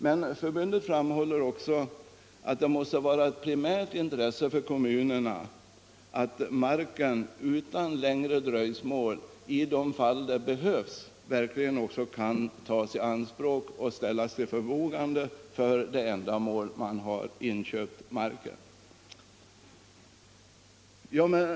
Kommunförbundet framhåller också att det måste vara ett primärt intresse för kommunerna att marken i de fall där det behövs utan längre dröjsmål verkligen kan tas i anspråk och ställas till förfogande för det ändamål för vilket marken har inköpts.